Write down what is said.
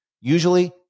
usually